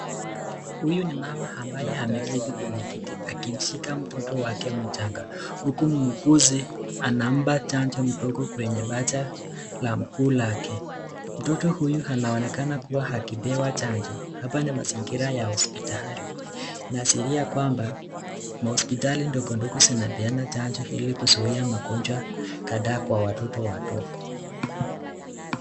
Huyu ni mama ambaye ameketi kwenye kiti akimshika mtoto wake mchanga huku muuguzi anampa chanjo mdogo kwenye paja la mkuu wake. Mtoto huyu anaonekana kua akipewa chanjo. Hapa ni mazingira ya kihosipitali. Inaashiria kwamba, mahospitali ndogondogo zinapeana hizi chanjo kuzuia magonjwa kadhaa kwa watoto wadogo.